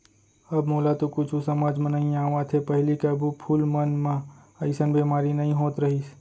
अब मोला तो कुछु समझ म नइ आवत हे, पहिली कभू फूल मन म अइसन बेमारी नइ होत रहिस